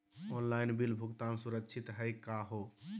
Online bill भुगतान सुरक्षित हई का हो?